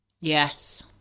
Yes